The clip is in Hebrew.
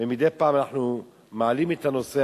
ומדי פעם אנחנו מעלים את הנושא,